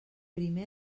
primer